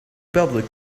public